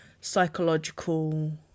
psychological